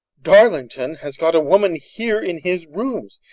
darlington has got a woman here in his rooms.